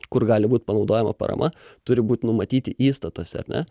kur gali būt panaudojama parama turi būt numatyti įstatuose ar ne